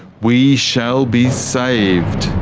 we shall be saved!